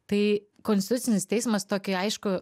tai konstitucinis teismas tokį aiškų